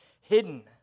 hidden